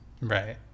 right